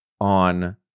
on